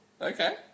okay